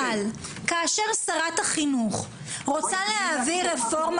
אבל כאשר שרת החינוך רוצה להעביר רפורמה